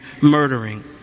murdering